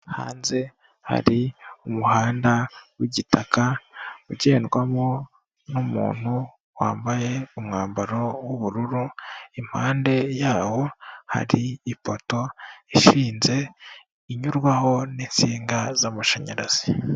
Hanze hari umuhanda w'igitaka, ugendwamo n'umuntu wambaye umwambaro w'ubururu, impande yawo hari ifoto ishinze, inyurwaho n'insinga z'amashanyarazi.